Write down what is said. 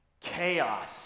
chaos